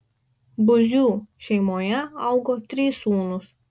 buzių šeimoje augo trys sūnūs